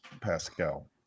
pascal